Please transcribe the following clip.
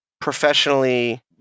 professionally